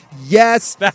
Yes